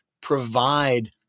provide